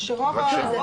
בבקשה.